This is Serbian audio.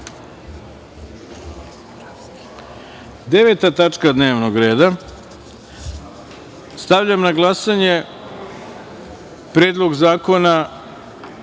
tačka dnevnog reda - Stavljam na glasanje Predlog zakona